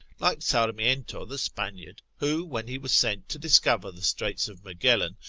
like sarmiento the spaniard, who when he was sent to discover the straits of magellan,